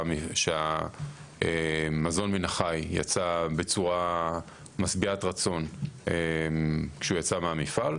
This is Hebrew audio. שמזון מן החי יצא בצורה משביעת רצון כשהוא יצא מן המפעל,